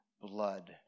blood